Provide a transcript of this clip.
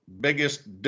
biggest